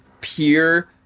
pure